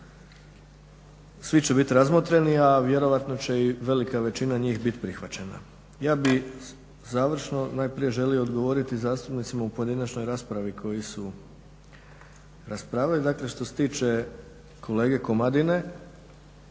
svi će biti razmotreni, a vjerojatno će i velika većina njih biti prihvaćena. Ja bih završno najprije želio odgovoriti zastupnicima u pojedinačnoj raspravi koji su raspravljali. Dakle, što se tiče kolege Komadine